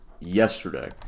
yesterday